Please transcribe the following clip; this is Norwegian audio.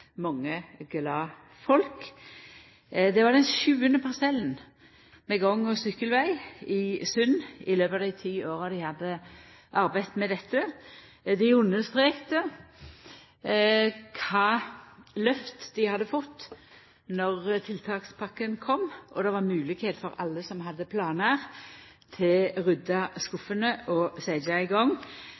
mange glade folk. Det var den sjuande parsellen med gang- og sykkelveg i Sund i løpet av dei ti åra dei hadde arbeidd med dette. Dei understreka kva lyft dei hadde fått då tiltakspakka kom og det var mogleg for alle som hadde planar, å rydda skuffane og setja i gang.